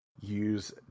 use